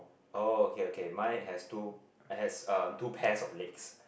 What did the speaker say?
oh okay okay mine has two has uh two pairs of legs